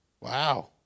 Wow